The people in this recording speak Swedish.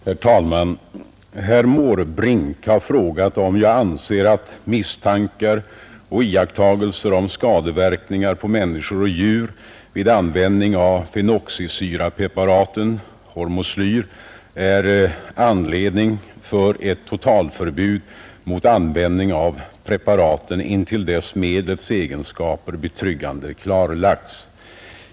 Herr talman! Herr Måbrink har frågat om jag anser att misstankar och iakttagelser om skadeverkningar på människor och djur vid användning av fenoxisyrapreparaten är anledning för ett totalförbud mot användning av preparaten intill dess medlets egenskaper betryggande klarlagts.